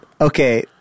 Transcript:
Okay